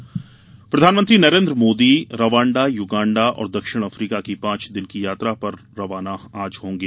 मोदी दौरा प्रधानमंत्री Narendra Modi Rwanda Uganda और दक्षिण अफ्रीका की पांच दिन की यात्रा पर रवाना होंगे